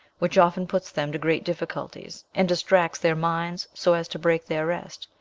which often puts them to great difficulties, and distracts their minds so as to break their rest,